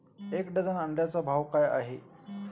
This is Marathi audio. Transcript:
एक डझन अंड्यांचा भाव काय आहे?